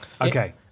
Okay